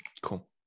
Cool